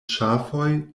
ŝafoj